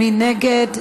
מי נגד?